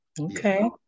Okay